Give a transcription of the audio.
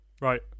Right